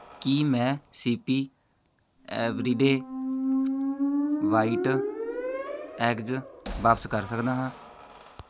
ਕੀ ਮੈਂ CP everyday white eggs ਵਾਪਸ ਕਰ ਸਕਦਾ ਹਾਂ